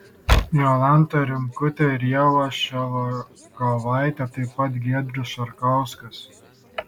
jolanta rimkutė ir ieva ševiakovaitė taip pat giedrius šarkauskas